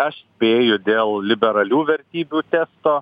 aš spėju dėl liberalių vertybių testo